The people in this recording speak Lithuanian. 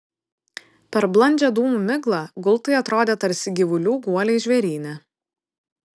per blandžią dūmų miglą gultai atrodė tarsi gyvulių guoliai žvėryne